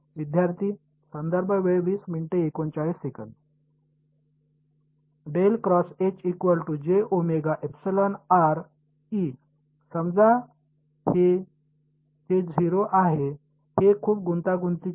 विद्यार्थी समजा जे हे 0 आहे हे खूप गुंतागुंतिचे नाही